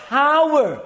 power